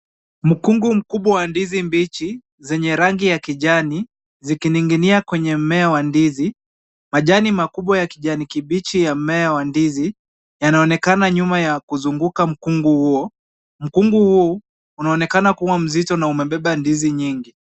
Mkungu mkubwa wa ndizi mbichi zenye rangi ya kijani zikining'inia kwenye mmea wa ndizi, majani makubwa ya kijani kibichi ya mmea wa ndizi yanaonekana nyuma ya kuzunguka mkungu huo. Mkungu huu unaonekana kuwa mzito na umebeba ndizi nyingi.